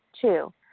Two